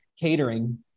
Catering